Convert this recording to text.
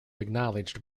acknowledged